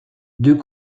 deux